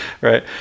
Right